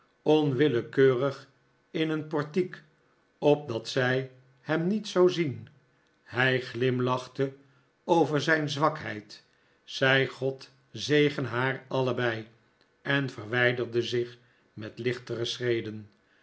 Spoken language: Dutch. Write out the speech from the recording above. onwillekeurig in een portiek opdat zij hem niet zou zien hij glimlachte over zijn zwakheid zei god zegene haar allebei en verwijderde zich met lichtere schreden